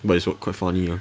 but it's quite funny lah